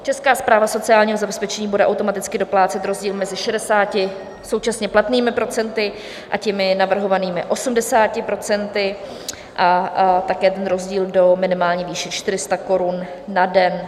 Česká správa sociálního zabezpečení bude automaticky doplácet rozdíl mezi 60 současně platnými procenty a těmi navrhovanými 80 procenty a také rozdíl do minimální výše 400 korun na den.